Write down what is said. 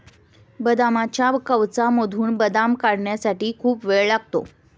बदामाच्या कवचामधून बदाम काढण्यासाठी खूप वेळ लागतो